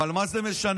אבל מה זה משנה?